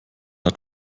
hat